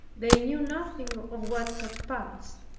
they knew nothing of what had passed,